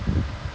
ya